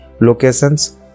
locations